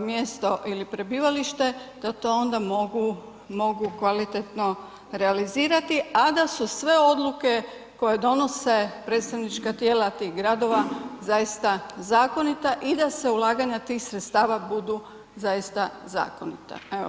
mjesto ili prebivalište da to onda mogu, mogu kvalitetno realizirati, a da su sve odluke koje donose predstavnička tijela tih gradova zaista zakonita i da se ulaganja tih sredstava budu zaista zakonita.